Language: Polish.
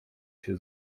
się